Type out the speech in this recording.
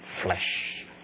flesh